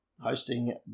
Hosting